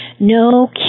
no